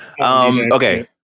Okay